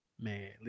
Man